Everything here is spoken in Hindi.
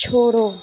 छोड़ो